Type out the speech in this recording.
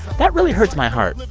that really hurts my heart.